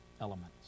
elements